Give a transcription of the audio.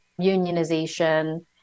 unionization